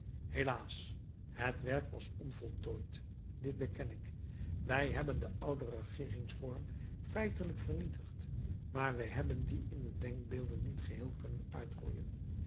helaas het werk was onvoltooid dit beken ik wij hebben den ouden regeeringsvorm feitelijk vernietigd maar wij hebben dien in de denkbeelden niet geheel kunnen uitroeien